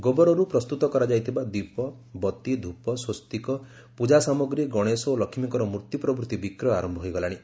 ଗୋବରରୁ ପ୍ରସ୍ତୁତ କରାଯାଇଥିବା ଦ୍ୱୀପ ବତୀ ଧୂପ ସ୍ୱସ୍ତିକ ପୂଜାସାମଗ୍ରୀ ଗଣେଶ ଓ ଲକ୍ଷ୍ମୀଙ୍କର ମୂର୍ତ୍ତି ପ୍ରଭୃତି ବିକ୍ରୟ ଆରମ୍ଭ ହୋଇଗଲାଣି